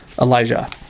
Elijah